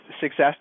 success